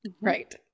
Right